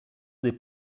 des